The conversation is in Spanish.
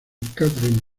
katherine